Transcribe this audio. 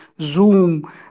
Zoom